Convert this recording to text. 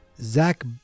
Zach